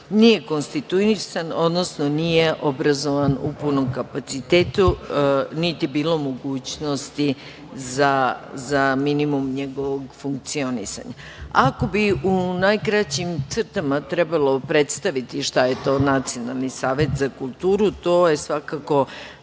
nije konstituisano, odnosno nije obrazovano u punom kapacitetu niti je bilo mogućnosti za minimum njegovog funkcionisanja. Ako bih u najkraćim crtama trebalo predstaviti šta je to Nacionalni savet za kulturu, to je svakako